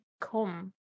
come